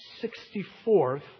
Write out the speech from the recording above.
sixty-fourth